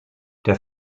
der